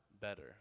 better